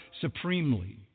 Supremely